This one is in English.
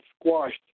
squashed